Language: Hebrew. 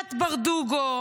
מבחינת ברדוגו,